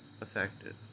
effective